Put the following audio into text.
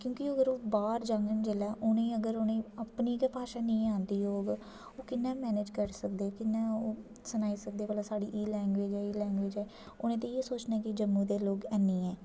क्योंकि अगर ओह् बाह्र जाङन जेल्लै उ'नेंगी अगर उ'नेंगी अपनी गै भाशा नेईं आन्दी होग ओह् कियां मैनेज करी सकदे कियां ओह् सनाई सकदे भला साढ़ी एह् लैंग्वेज़ ऐ एह् लैंग्वेज़ ऐ उ'नें ते इ'यै सोचना के जम्मू दे लोग हैनी ऐ